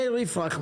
מאיר יפרח,